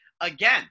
Again